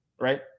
right